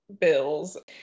bills